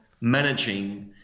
managing